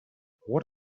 what